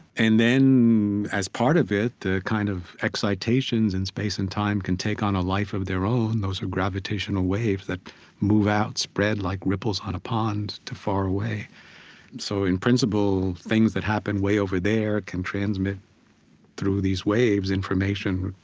and then, as part of it, that kind of excitations in space and time can take on a life of their own those are gravitational waves that move out, spread like ripples on a pond, to far away. and so, in principle, things that happen way over there can transmit through these waves, information,